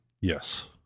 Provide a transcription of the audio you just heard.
Yes